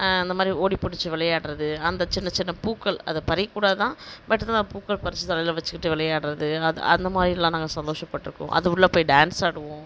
இந்த மாதிரி ஓடி புடிச்சு விளையாடறது அந்த சின்ன சின்ன பூக்கள் அதை பறிக்க கூடாதுதான் பட் நான் பூக்கள் பறிச்சு தலையில் வச்சுகிட்டு விளையாடறது அது அந்த மாதிரிலாம் நாங்கள் சந்தோஷப்பட்ருக்கோம் அது உள்ளே போய் டான்ஸ் ஆடுவோம்